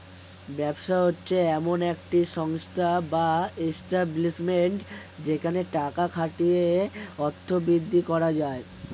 ব্যবসা হচ্ছে এমন একটি সংস্থা বা এস্টাব্লিশমেন্ট যেখানে টাকা খাটিয়ে অর্থ বৃদ্ধি করা যায়